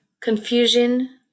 confusion